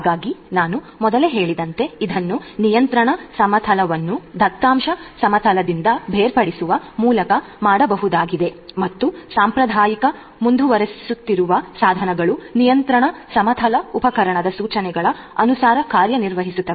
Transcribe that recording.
ಹಾಗಾಗಿ ನಾನು ಮೊದಲೇ ಹೇಳಿದಂತೆ ಇದನ್ನು ನಿಯಂತ್ರಣ ಸಮತಲವನ್ನು ದತ್ತಾಂಶ ಸಮತಲದಿಂದ ಬೇರ್ಪಡಿಸುವ ಮೂಲಕ ಮಾಡಬಹುದಾಗಿದೆ ಮತ್ತು ಸಾಂಪ್ರದಾಯಿಕ ಮುಂದುವರಿಸುವ ಸಾಧನಗಳು ನಿಯಂತ್ರಣ ಸಮತಲ ಉಪಕರಣದ ಸೂಚನೆಗಳ ಅನುಸಾರ ಕಾರ್ಯ ನಿರ್ವಹಿಸುತ್ತವೆ